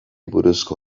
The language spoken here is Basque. buruzko